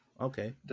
Okay